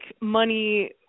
money